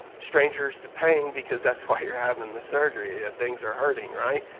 strangers to pain because that's why you're having the surgery. things are hurting, right.